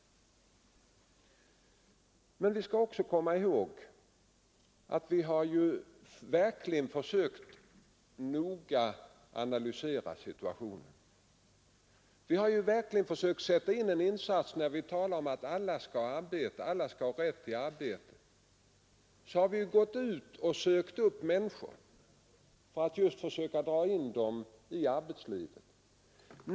Man skall också komma ihåg att vi verkligen försökt att noga analysera arbetsmarknadssituationen. Vi har verkligen försökt göra en insats för att alla skall få arbete. Vi talar om rätt till arbete. Vi har gått ut och sökt upp människor för att försöka dra dem in i arbetslivet.